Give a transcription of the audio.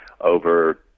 over